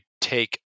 take